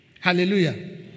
Hallelujah